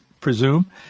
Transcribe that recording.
presume